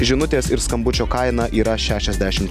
žinutės ir skambučio kaina yra šešiasdešimt